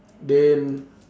then